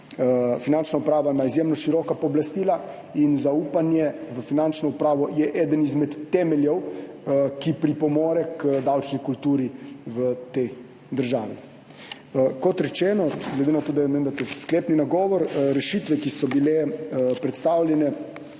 Finančna uprava izjemno široka pooblastila in zaupanje v Finančno upravo je eden izmed temeljev, ki pripomorejo k davčni kulturi v tej državi. Kot rečeno, glede na to, da je menda to sklepni nagovor, rešitve, ki so bile predstavljene,